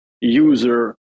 user